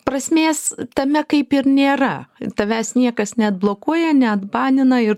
prasmės tame kaip ir nėra tavęs niekas neatblokuoja neatbanina ir